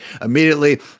immediately